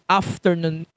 afternoon